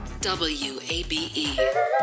WABE